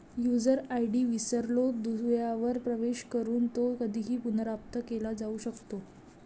user ID विसरलो दुव्यावर प्रवेश करून तो कधीही पुनर्प्राप्त केला जाऊ शकतो